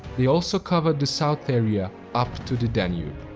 they also covered the south area up to the danube.